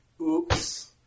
Oops